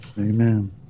Amen